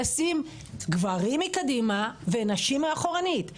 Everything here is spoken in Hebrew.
לשים גברים מקדימה ונשים מאחורנית,